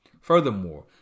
Furthermore